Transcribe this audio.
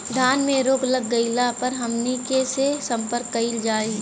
धान में रोग लग गईला पर हमनी के से संपर्क कईल जाई?